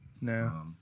no